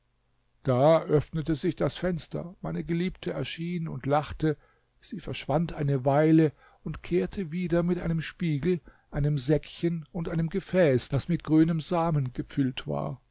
da öffnete sich das fenster meine geliebte erschien und lachte sie verschwand eine weile und kehrte wieder mit einem spiegel einem säckchen und einem gefäß das mit grünem samen gefällt war